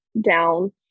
down